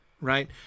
right